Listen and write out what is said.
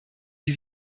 wie